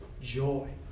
Joy